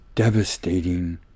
devastating